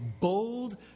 bold